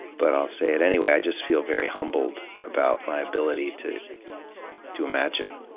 but i'll say it anyway. i just feel very humbled about my ability to to imagine,